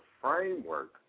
framework